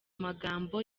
magambo